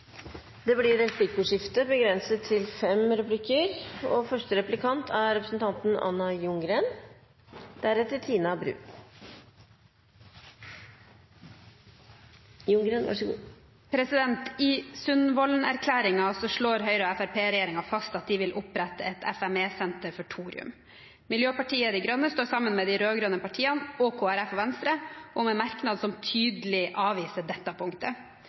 Det blir replikkordskifte. I Sundvolden-erklæringen slår Høyre–Fremskrittsparti-regjeringen fast at de vil opprette et FME-senter for thorium. Miljøpartiet De Grønne står sammen med de rød-grønne partiene og Kristelig Folkeparti og Venstre om en merknad som tydelig avviser dette punktet,